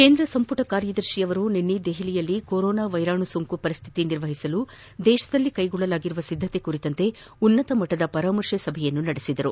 ಕೇಂದ್ರ ಸಂಪುಟ ಕಾರ್ಯದರ್ಶಿ ನಿನ್ನೆ ದೆಹಲಿಯಲ್ಲಿ ಕೊರೋನಾ ವೈರಸ್ ಸೋಂಕು ಪರಿಸ್ಹಿತಿ ನಿಭಾಯಿಸಲು ದೇಶದಲ್ಲಿ ಕ್ಲೆಗೊಳ್ಳಲಾಗಿರುವ ಸಿದ್ದತೆ ಕುರಿತಂತೆ ಉನ್ನತ ಮಟ್ಟದ ಪರಾಮರ್ತೆ ಸಭೆ ನಡೆಸಿದರು